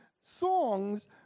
Songs